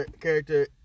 character